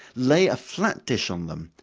lay a flat dish on them,